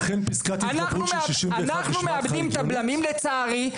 אז פה בעצם אנחנו מאבדים את הבלמים לצערי.